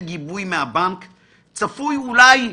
אולי,